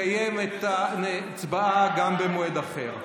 אנחנו גם נקיים את ההצבעה במועד אחר.